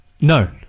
no